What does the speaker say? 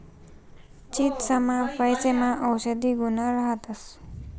चीचसना फयेसमा औषधी गुण राहतंस